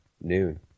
noon